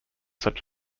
such